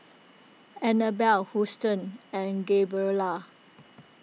Annabel Houston and Gabriella